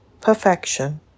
perfection